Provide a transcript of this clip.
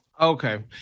Okay